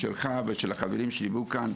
שלך ושל החברים שהגיעו לכאן,